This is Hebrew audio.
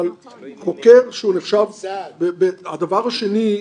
אבל חוקר שהוא נחשב --- הדבר השני,